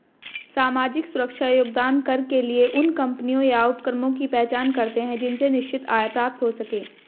सामाजिक सुरक्षा योगदान कर के लिए उन कम्पनियों या उपक्रमों की पहचान करते हैं जिनसे निश्चित आय प्राप्त हो सके